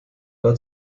war